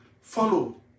follow